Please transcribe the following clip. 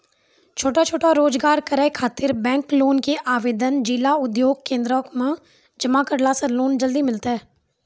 छोटो छोटो रोजगार करै ख़ातिर बैंक लोन के आवेदन जिला उद्योग केन्द्रऽक मे जमा करला से लोन जल्दी मिलतै?